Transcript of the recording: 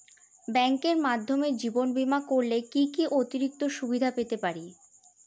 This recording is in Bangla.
ব্যাংকের মাধ্যমে জীবন বীমা করলে কি কি অতিরিক্ত সুবিধে পেতে পারি?